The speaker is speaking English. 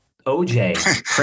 OJ